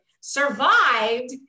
survived